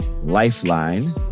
Lifeline